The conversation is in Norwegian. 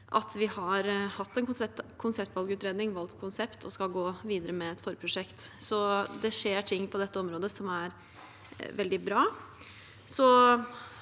har valgt konsept og skal gå videre med et forprosjekt. Det skjer ting på dette området som er veldig bra.